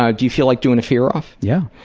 ah do you feel like doing a fear-off? yeah.